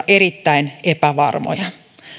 erittäin epävarmoja